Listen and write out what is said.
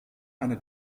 eine